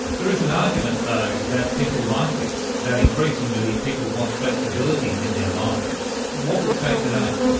there is an argument though that people like this, that increasingly people want flexibility in their lives. what would you say to that?